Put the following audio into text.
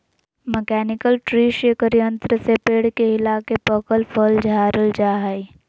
mechanical tree shaker यंत्र से पेड़ के हिलाके पकल फल झारल जा हय